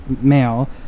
male